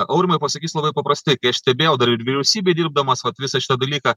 aurimai pasakysiu labai paprastai kai aš stebėjau dar ir vyriausybėj dirbdamas vat visą šitą dalyką